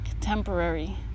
temporary